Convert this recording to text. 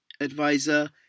advisor